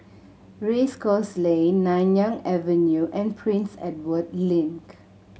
Race Course Lane Nanyang Avenue and Prince Edward Link